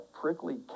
prickly